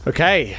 Okay